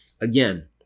again